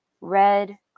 red